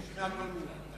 תאמין לי.